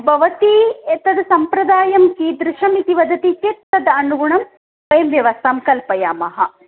भवती एतद् सम्प्रदायं कीदृशमिति वदति चेत् तदनुगुणं वयं व्यवस्थां कल्पयामः